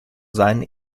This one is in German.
seinen